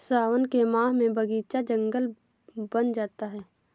सावन के माह में बगीचा जंगल बन जाता है